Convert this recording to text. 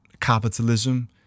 capitalism